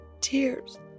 tears